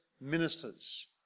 ministers